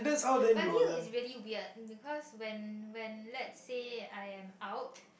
but I feel is very weird because when when let say I am out